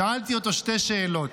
שאלתי אותו שתי שאלות.